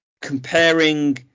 comparing